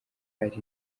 ari